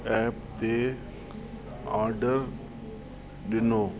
app ते order ॾिनो